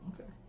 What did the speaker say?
Okay